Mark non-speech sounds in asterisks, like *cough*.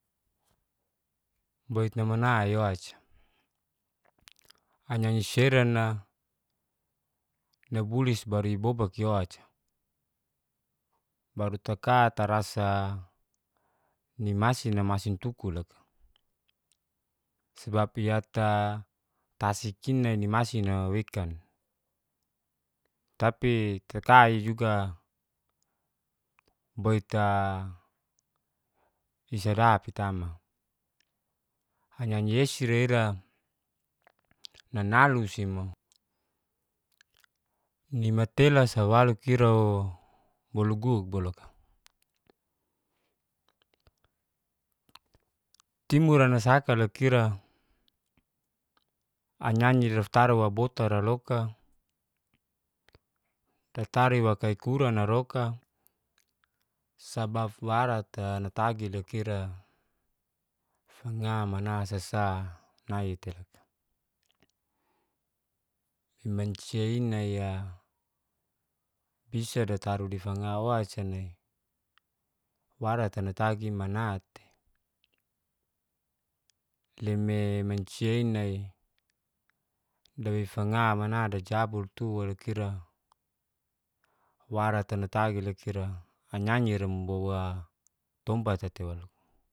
Boitna manai o'ca anyi-anyi seran la nabulis bari bobaki o'ca, baru taka tarasa nimasina masi tuku loka. Sebab iyata tasik'ina nimasina wekan, tapi takai juga *hesitation* boita *hesitation* kisadapi tama. Anyi-anyi'sira ira nanalu'si mo, nimatela sa walo ira'o bologuk bologuk bolo. Timur ranasaka loka ra anyi-anyira fataru wa bota'ra loka. tatari wa kaikura naroka sabafwara'te natagi loka ira, fanga manasasa nai tei loka. Mancia'i nai'a bisa dataru difangawa *unintelligible* warata natagi mana tei, leime mancia ina 'e dawe fanga mana dajabultu walo ira, warat natagi loka ira anyi-anyira mbowa tompat'a tei walo.